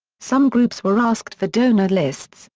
some groups were asked for donor lists,